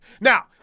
Now